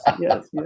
yes